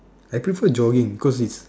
I prefer jogging cause it's